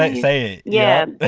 like say it! yeah,